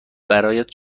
برایت